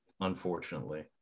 Unfortunately